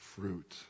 fruit